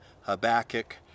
Habakkuk